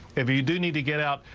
if you do need to get out.